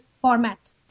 format